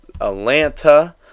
Atlanta